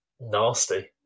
nasty